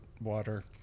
water